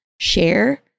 share